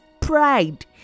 pride